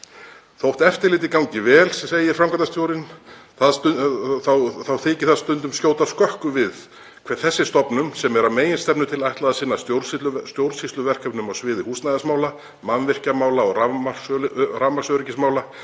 „Þótt eftirlitið gangi vel,“ segir framkvæmdastjórinn, „þá þykir það stundum skjóta skökku við að þessi stofnun, sem er að meginstefnu til ætlað að sinna stjórnsýsluverkefnum á sviði húsnæðismála, mannvirkjamála og rafmagnsöryggismála,